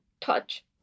touch